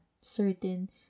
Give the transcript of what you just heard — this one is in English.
certain